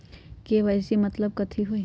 KYC के मतलब कथी होई?